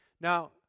Now